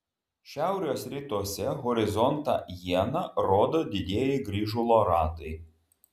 šiaurės rytuose horizontą iena rodo didieji grįžulo ratai